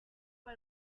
por